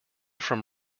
from